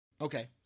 Okay